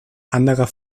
anderer